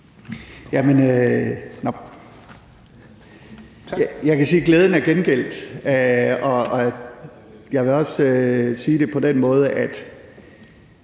Jeg kan sige, at glæden er gengældt, og jeg vil også sige det på den måde, at